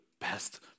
best